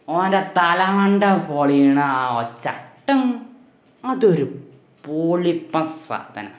ഓൻ്റെ തലമണ്ട പൊളിയണ ആ ഒച്ച ടം അതൊരു പൊളി ടഫാ തനെ